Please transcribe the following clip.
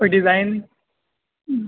کو ڈیزائن